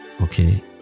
Okay